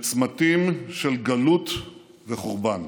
לצמתים של גלות וחורבן.